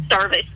service